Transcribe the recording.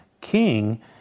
King